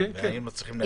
והיינו צריכים ללכת.